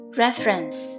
reference